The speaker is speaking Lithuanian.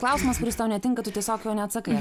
klausimas kuris tau netinka tu tiesiog jo neatsakai